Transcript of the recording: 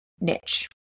niche